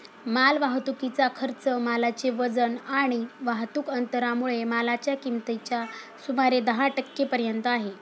माल वाहतुकीचा खर्च मालाचे वजन आणि वाहतुक अंतरामुळे मालाच्या किमतीच्या सुमारे दहा टक्के पर्यंत आहे